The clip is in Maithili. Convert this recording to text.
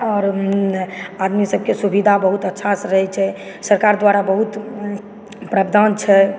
आओर आदमी सबकेँ सुविधा बहुत अच्छा से रहै छै सरकार द्वारा बहुत प्रावधान छै